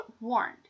warned